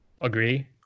Agree